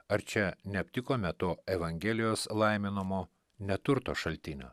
ar čia neaptikome to evangelijos laiminamo neturto šaltinio